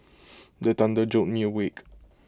the thunder jolt me awake